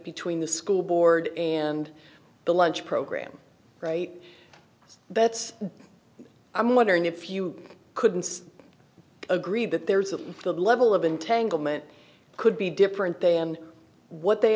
between the school board and the lunch program right that's i'm wondering if you couldn't agree that there's a good level of untangle meant could be different than what they